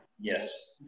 Yes